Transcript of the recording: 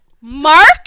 Mark